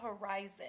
horizon